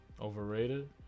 Overrated